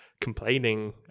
complaining